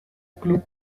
club